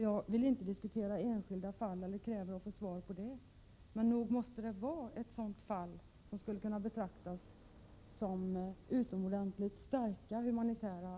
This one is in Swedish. Jag vill inte diskutera enskilda fall eller kräva att få svar därvidlag. Men det här måste väl ändock vara ett exempel på ett sådant fall där man kan bedöma att det finns utomordentligt starka humanitära skäl.